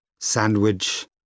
Sandwich